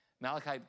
Malachi